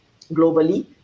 globally